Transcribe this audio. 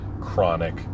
chronic